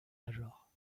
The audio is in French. majors